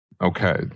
Okay